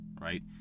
right